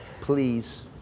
please